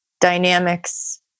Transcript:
dynamics